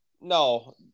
no